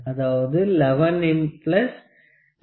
அதாவது 11 0